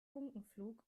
funkenflug